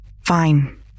Fine